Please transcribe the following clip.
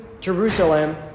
Jerusalem